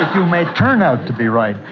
you may turn out to be right,